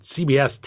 CBS